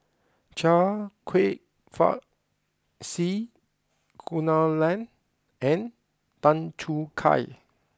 Chia Kwek Fah C Kunalan and Tan Choo Kai